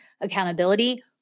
accountability